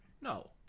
no